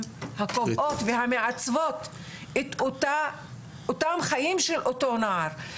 הקובעות והמעצבות את החיים של אותו נער.